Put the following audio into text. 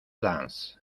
dance